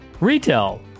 Retail